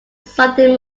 sunday